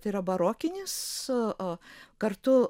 tai yra barokinis a kartu